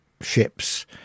ships